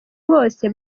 bose